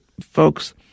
folks